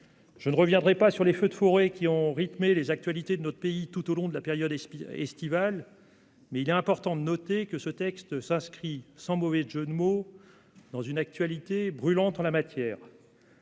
Je ne reviendrai pas sur les feux de forêt qui ont rythmé les actualités de notre pays tout au long de la période estivale, mais il est important de noter que nous sommes, sans mauvais jeu de mots, dans une actualité brûlante en la matière.